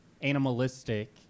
animalistic